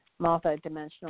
multidimensional